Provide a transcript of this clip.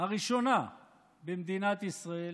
הראשונה במדינת ישראל,